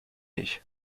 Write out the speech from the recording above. ich